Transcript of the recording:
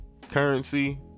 Currency